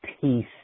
peace